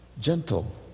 gentle